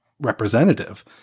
representative